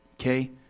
okay